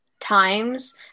times